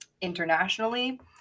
internationally